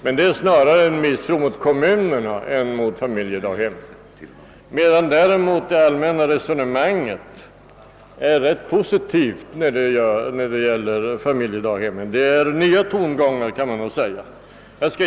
Men det är snarare en misstro mot kommunerna än mot familjedaghemmen. I fråga om familjedaghemmen är det "allmänna resonemanget rätt positivt. Det är, kan man säga, nya tongångar. Jag skall ge några exempel.